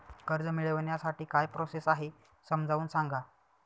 कर्ज मिळविण्यासाठी काय प्रोसेस आहे समजावून सांगा